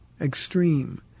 extreme